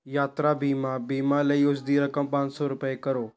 ਯਾਤਰਾ ਬੀਮਾ ਬੀਮਾ ਲਈ ਉਸ ਦੀ ਰਕਮ ਪੰਜ ਸੌ ਰੁਪਏ ਕਰੋ